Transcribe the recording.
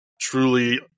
truly